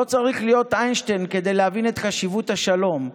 לא צריך להיות איינשטיין כדי להבין את חשיבות השלום,